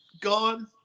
gone